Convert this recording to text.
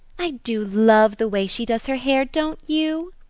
i do love the way she does her hair, don't you?